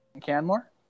Canmore